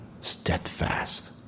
Steadfast